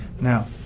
Now